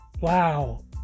wow